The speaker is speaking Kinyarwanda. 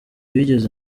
wigeze